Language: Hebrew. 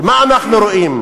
ומה אנחנו רואים?